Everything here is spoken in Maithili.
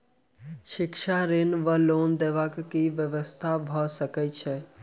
शिक्षा ऋण वा लोन देबाक की व्यवस्था भऽ सकै छै?